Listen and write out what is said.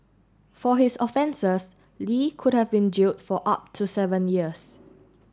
for his offences Li could have been jail for up to seven years